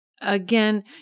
Again